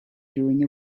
during